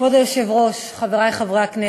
כבוד היושב-ראש, חברי חברי הכנסת,